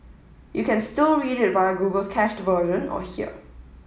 you can still read it via Google's cached version or here